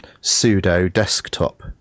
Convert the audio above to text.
pseudo-desktop